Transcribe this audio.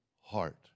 heart